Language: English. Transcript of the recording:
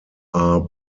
are